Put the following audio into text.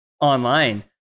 online